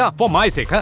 ah for my sake. ah